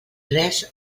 res